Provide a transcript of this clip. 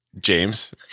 James